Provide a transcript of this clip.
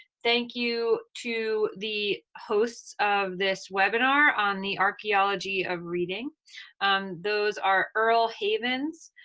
thank you to the hosts of this webinar on the archeology of reading those are earle havens,